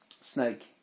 snake